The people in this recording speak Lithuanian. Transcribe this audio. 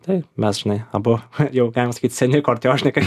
tai mes žinai abu jau galima sakyt seni kortiožnikai